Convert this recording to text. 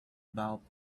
about